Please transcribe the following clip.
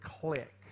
click